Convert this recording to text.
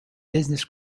business